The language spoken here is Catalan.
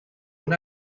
una